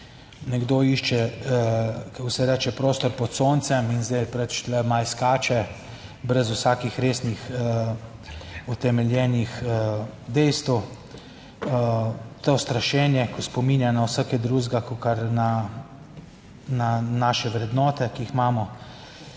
Nekdo išče, kako se reče, prostor pod soncem in zdaj pač tu malo skače, brez vsakih resnih, utemeljenih dejstev. To strašenje, ki spominja na vse kaj drugega kakor na naše vrednote, ki jih imamo,